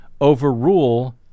overrule